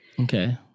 Okay